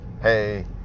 hey